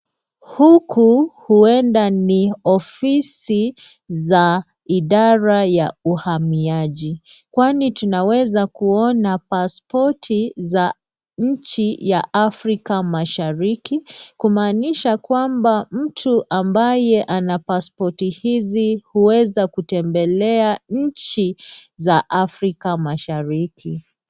Huku huenda ni ofisi za idhara ya uhamiaji kwani tunaweza kuona paspoti za nchi ya Afrika mashariki kumaanisha kwamba mtu ambaye ana paspoti hizi huweza kutembelea nchi za Afrika mashariki.